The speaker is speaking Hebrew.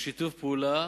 כמובן בשיתוף פעולה